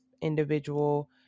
individual